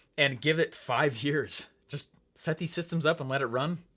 and give it five years, just set these systems up and let it run.